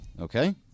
Okay